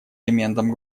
элементом